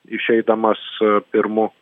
išeidamas pirmu